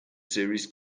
series